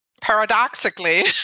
paradoxically